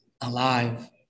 alive